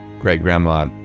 great-grandma